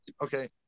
okay